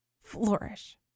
flourish